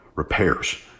repairs